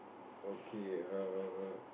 okay err